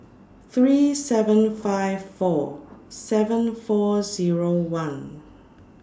three seven five four seven four Zero one